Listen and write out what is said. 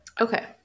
Okay